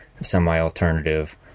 semi-alternative